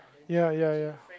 ya ya ya